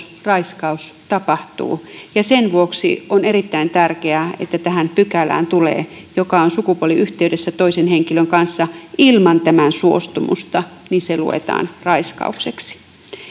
raiskaus tapahtuu ja sen vuoksi on erittäin tärkeää että tähän pykälään tulee että jos on sukupuoliyhteydessä toisen henkilön kanssa ilman tämän suostumusta niin se luetaan raiskaukseksi